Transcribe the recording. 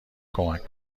کمک